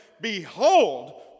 Behold